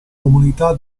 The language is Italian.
comunità